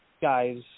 guys